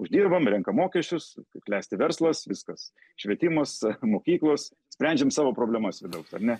uždirbam renkam mokesčius klesti verslas viskas švietimas mokyklos sprendžiam savo problemas vidaus ar ne